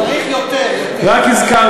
צריך יותר, יותר.